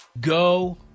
Go